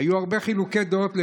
היו הרבה חילוקי דעות לגביו.